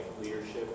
leadership